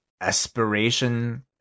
aspiration